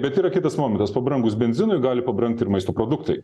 bet yra kitas momentas pabrangus benzinui gali pabrangt ir maisto produktai